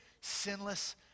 sinless